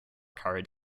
carried